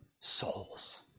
souls